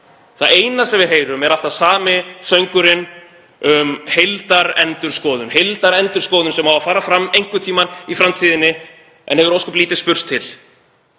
Það eina sem við heyrum er alltaf sami söngurinn um heildarendurskoðun sem eigi að fara fram einhvern tímann í framtíðinni en hefur ósköp lítið spurst til.